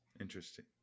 Interesting